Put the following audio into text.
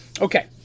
Okay